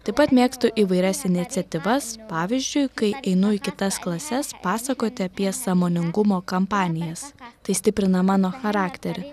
taip pat mėgstu įvairias iniciatyvas pavyzdžiui kai einu į kitas klases pasakoti apie sąmoningumo kampanijas tai stiprina mano charakterį